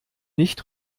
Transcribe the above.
nicht